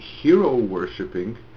hero-worshipping